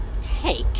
take